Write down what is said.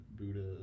Buddha